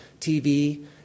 TV